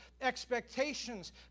expectations